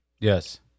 Yes